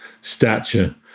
stature